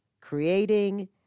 creating